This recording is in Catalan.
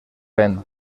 vent